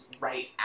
right